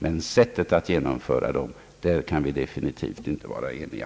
Men i fråga om sättet att ge nomföra dem kan vi definitivt inte vara eniga.